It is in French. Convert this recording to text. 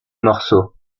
morceau